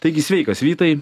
taigi sveikas vytai